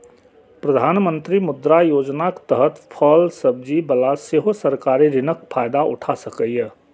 प्रधानमंत्री मुद्रा योजनाक तहत फल सब्जी बला सेहो सरकारी ऋणक फायदा उठा सकैए